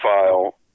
file